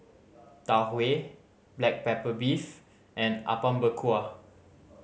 Tau Huay black pepper beef and Apom Berkuah